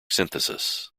synthesis